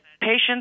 patients